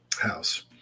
house